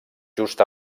just